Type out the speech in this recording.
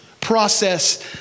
Process